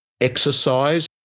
Exercise